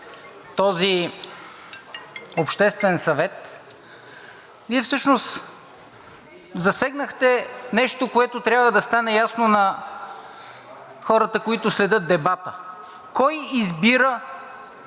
този обществен съвет, Вие всъщност засегнахте нещо, което трябва да стане ясно на хората, които следят дебата. Кой избира